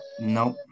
Nope